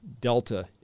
Delta